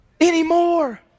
anymore